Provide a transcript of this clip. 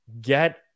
get